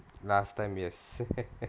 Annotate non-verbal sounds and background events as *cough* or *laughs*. last time yes *laughs*